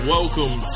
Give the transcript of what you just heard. Welcome